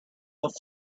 off